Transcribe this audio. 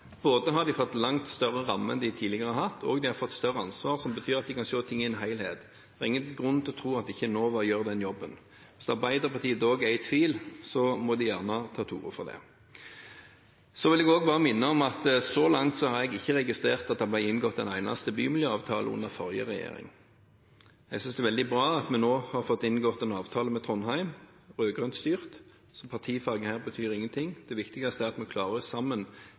har både fått langt større rammer enn de har hatt tidligere, og de har fått større ansvar, slik at de kan se ting i en helhet. Det er ingen grunn til å tro at ikke Enova gjør den jobben. Hvis Arbeiderpartiet dog er i tvil, må de gjerne ta til orde for det. Jeg vil også bare minne om at jeg så langt ikke har registrert at det ble inngått en eneste bymiljøavtale under forrige regjering. Jeg synes det er veldig bra at vi nå har fått inngått en avtale med Trondheim – rød-grønt styrt – så partifargen her betyr ingenting. Det viktigste er at vi sammen klarer